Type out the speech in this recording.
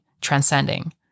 transcending